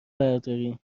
برداری